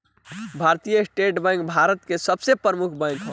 भारतीय state bank Bharat के सबसे प्रमुख बैंक ह